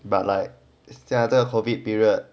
but like 现在这个 COVID period